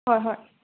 ꯍꯣꯏ ꯍꯣꯏ